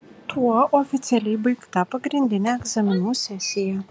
tuo oficialiai baigta pagrindinė egzaminų sesija